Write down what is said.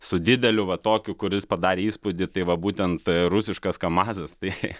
su dideliu va tokiu kuris padarė įspūdį tai va būtent rusiškas kamazas tai